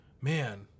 man